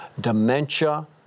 dementia